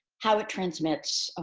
how it transmits,